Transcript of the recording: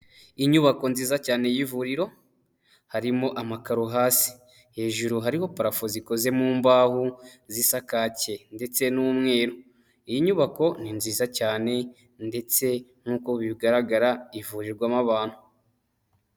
Inyubako nziza cyane y'ivuriro harimo amakaro hasi, hejuru hariho parafo zikoze mu mbaho zisa kake ndetse n'umweru iyi nyubako ni nziza cyane ndetse nk'uko bigaragara ivurirwamo abantu.